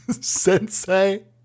Sensei